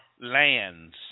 lands